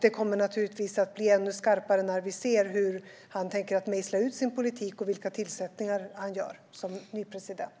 Det kommer naturligtvis att bli ännu skarpare när vi ser hur han tänker mejsla ut sin politik och vilka tillsättningar han gör som ny president.